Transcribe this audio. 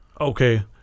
Okay